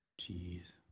Jeez